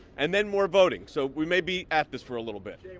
and then more voting. so we may be at this for a little bit.